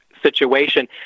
situation